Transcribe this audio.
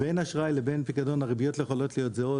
בין אשראי לבין פיקדון הריביות לא יכולות להיות זהות.